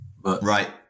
Right